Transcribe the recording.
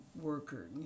worker